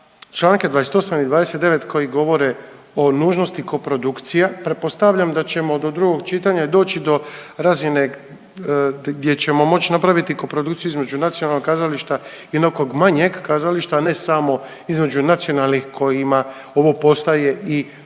čl. 28. i 29. koji govore o nužnosti koprodukcija, pretpostavljam da ćemo do drugog čitanja doći do razine gdje ćemo moć napraviti koprodukciju između nacionalnog kazališta i nekog manjeg kazališta, a ne samo između nacionalnih kojima ovo postaje i nužnost